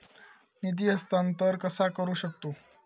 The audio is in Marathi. निधी हस्तांतर कसा करू शकतू?